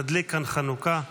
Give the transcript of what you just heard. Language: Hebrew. נדליק כאן חנוכייה.